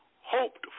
hoped